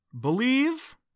believe